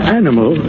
animal